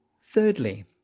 Thirdly